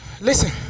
listen